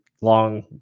long